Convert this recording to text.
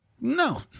No